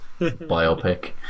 biopic